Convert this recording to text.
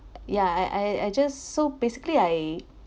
yeah I I I just so basically I